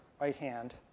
right-hand